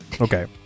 Okay